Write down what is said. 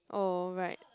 oh right